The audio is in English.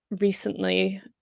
recently